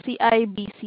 CIBC